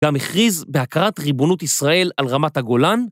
גם הכריז בהכרת ריבונות ישראל על רמת הגולן.